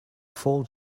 fall